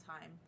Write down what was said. time